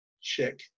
check